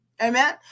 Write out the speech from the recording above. Amen